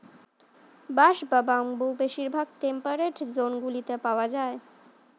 বাঁশ বা বাম্বু বেশিরভাগ টেম্পারেট জোনগুলিতে পাওয়া যায়